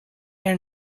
and